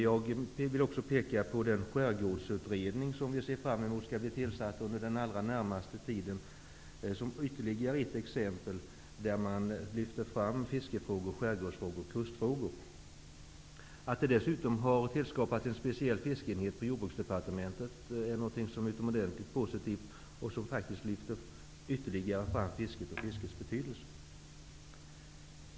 Jag vill också peka på den skärgårdsutredning som vi ser fram emot tillsättandet av under den närmaste tiden, vilken är ytterligare ett exempel där fiske-, skärgårds och kustfrågor lyfts fram. Att vi dessutom har tillskapat en speciell fiskeenhet i Jordbruksdepartementet är något som är utomordentligt posivitivt och som faktiskt ytterligare lyfter fram fisket och dess betydelse.